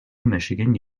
michigan